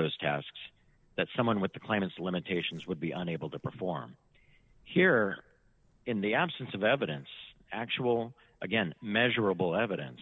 those tasks that someone with the claimants limitations would be unable to perform here in the absence of evidence actual again measurable evidence